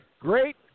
Great